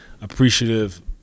appreciative